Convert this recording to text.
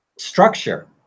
structure